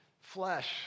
flesh